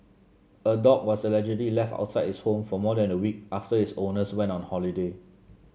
a dog was allegedly left outside its home for more than a week after its owners went on holiday